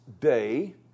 day